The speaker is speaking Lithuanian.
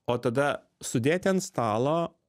o tada sudėti ant stalo